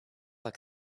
like